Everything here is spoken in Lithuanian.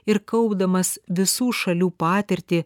ir kaupdamas visų šalių patirtį